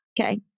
Okay